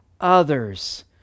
others